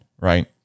right